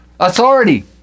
authority